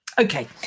Okay